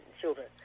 children